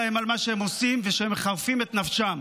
חבר הכנסת טיבי,